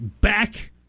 back